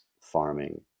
farming